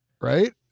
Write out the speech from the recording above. Right